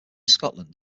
scotland